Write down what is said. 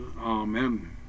Amen